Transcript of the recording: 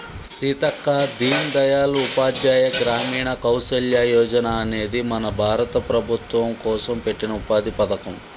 సీతక్క దీన్ దయాల్ ఉపాధ్యాయ గ్రామీణ కౌసల్య యోజన అనేది మన భారత ప్రభుత్వం కోసం పెట్టిన ఉపాధి పథకం